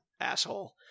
asshole